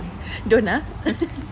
don't know